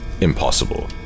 Impossible